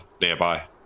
nearby